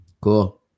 cool